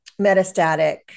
metastatic